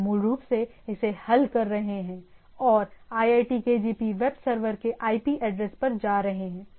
हम मूल रूप से इसे हल कर रहे हैं और iitkgp वेब सर्वर के आईपी एड्रेस पर जा रहे हैं